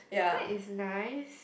that is nice